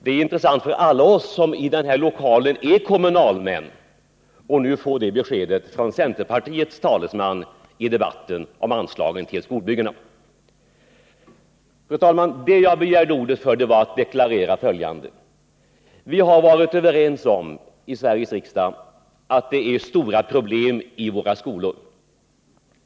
Det är intressant för alla oss i den här lokalen som är kommunalmän att nu få det beskedet från centerpartiets talesman i debatten om anslagen till skolbyggena. Fru talman! Jag begärde ordet för att deklarera följande: Vi har i Sveriges riksdag varit överens om att det är stora problem i våra skolor.